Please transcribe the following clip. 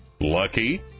lucky